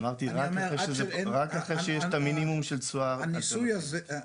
אמרתי רק אחרי שיש את המינימום של תשואה --- הניסוי הזה,